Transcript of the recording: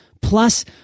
Plus